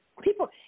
People